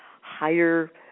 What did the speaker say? higher